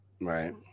Right